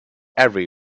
every